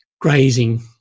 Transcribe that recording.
grazing